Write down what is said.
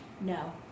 No